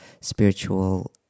spiritual